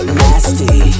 nasty